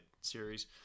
series